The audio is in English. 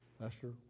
Pastor